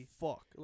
fuck